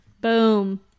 Boom